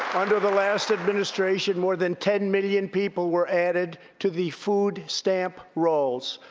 under the last administration, more than ten million people were added to the food stamp rolls.